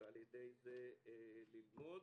וכך ללמוד.